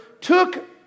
took